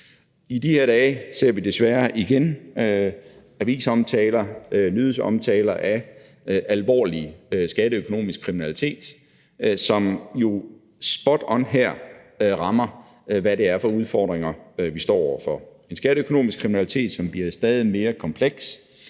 I de her dage ser vi desværre igen avisomtaler, nyhedsomtaler af alvorlig skatteøkonomisk kriminalitet, som jo spot on her rammer, hvad det er for udfordringer, vi står over for. Det er en skatteøkonomisk kriminalitet, som bliver stadig mere kompleks,